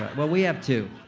well, we have two